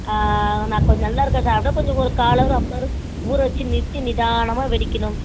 நான் கொஞ்சம் நல்லா இருக்கிற சாப்பிட்டா கொஞ்சம் ஒரு கால் அவரு ஆஃப்னவரு ஊறவச்சு நிறுத்தி நிதானமாக வடிக்கணும்